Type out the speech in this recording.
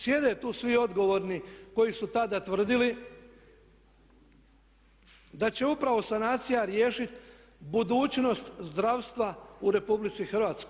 Sjede tu svi odgovorni koji su tada tvrdili da će upravo sanacija riješiti budućnost zdravstva u RH.